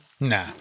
Nah